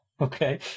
Okay